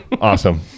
Awesome